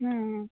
हाँ हाँ